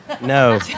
No